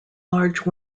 large